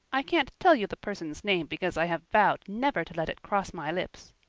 i can't tell you the person's name because i have vowed never to let it cross my lips.